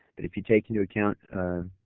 but if you take in to account